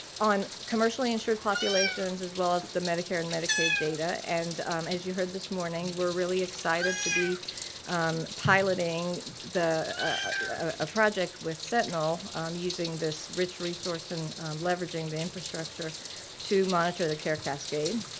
on commercially insured populations as well as the medicare and medicaid data and as you heard this morning we are really excited to be piloting the ah project with sentinel um using this rich resource and leveraging the infrastructure to monitor the care cascade.